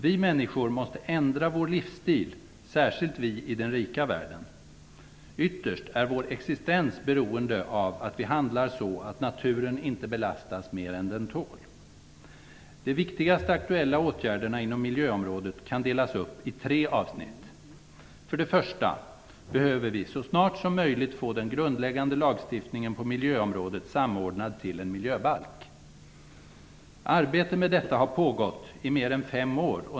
Vi människor måste ändra vår livsstil, särskilt vi i den rika världen. Ytterst är vår existens beroende av att vi handlar så att naturen inte belastas mer än den tål. De viktigaste aktuella åtgärderna inom miljöområdet kan delas upp i tre avsnitt. För det första behöver vi så snart som möjligt få den grundläggande lagstiftningen på miljöområdet samordnad till en miljöbalk. Arbete med detta har pågått i mer än fem år.